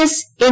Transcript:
S N